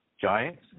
Giants